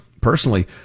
personally